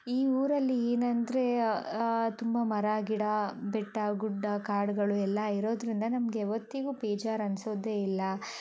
ಈ ಊರಲ್ಲಿ ಏನೆಂದರೆ ತುಂಬ ಮರ ಗಿಡ ಬೆಟ್ಟ ಗುಡ್ಡ ಕಾಡುಗಳು ಎಲ್ಲ ಇರೋದ್ರಿಂದ ನಮಗೆ ಯಾವತ್ತಿಗೂ ಬೇಜಾರು ಅನ್ಸೋದೇ ಇಲ್ಲ